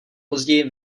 později